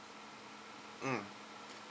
mm